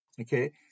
okay